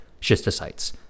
schistocytes